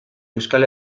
euskal